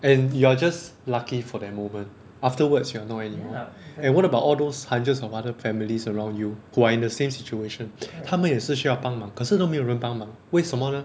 and you're just lucky for that moment afterwards you're not anymore and what about all those hundreds of other families around you who are in the same situation 他们也是需要帮忙可是都没有人帮忙为什么呢